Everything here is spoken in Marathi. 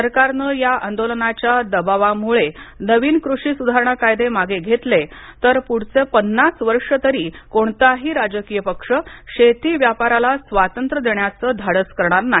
सरकारनं या आंदोलनाच्या दबावामुळे नवीन कृषी सुधारणा कायदे मागे घेतले तर पुढचे पन्नास वर्ष तरी कोणताही राजकीय पक्ष शेती व्यापाराला स्वातंत्र्य देण्याचं धाडस करणार नाही